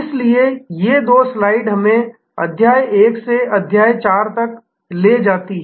इसलिए ये दो स्लाइड्स हमें अध्याय 1 से अध्याय 4 तक ले जाती हैं